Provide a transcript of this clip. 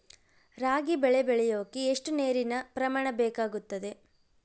ರಾಗಿ ಬೆಳೆ ಬೆಳೆಯೋಕೆ ಎಷ್ಟು ನೇರಿನ ಪ್ರಮಾಣ ಬೇಕಾಗುತ್ತದೆ?